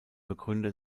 begründer